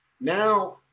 now